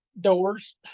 doors